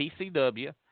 PCW